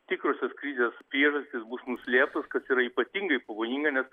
tikrosios krizės priežastys bus nuslėptos kas yra ypatingai pavojinga nes